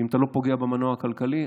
ואם אתה לא פוגע במנוע הכלכלי,